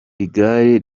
igare